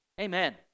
Amen